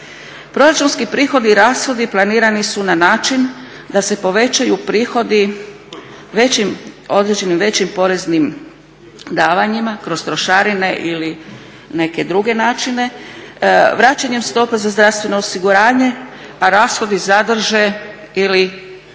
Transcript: Proračunski prihodi i rashodi planirani su na način da se povećaju prihodi određenim većim poreznim davanjima kroz trošarine ili neke druge načine, vraćanjem stopa za zdravstveno osiguranje, a rashodi zadrže ili